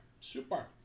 super